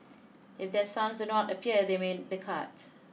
if their sons do not appear they made the cut